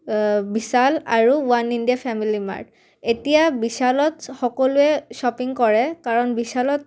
বিশাল আৰু one India family mart এতিয়া বিশালত সকলোৱে শ্বপিং কৰে কাৰণ বিশালত